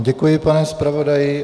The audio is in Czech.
Děkuji vám, pane zpravodaji.